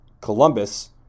Columbus